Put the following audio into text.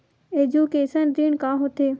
Education ऋण का होथे?